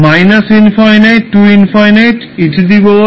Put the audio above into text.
কীভাবে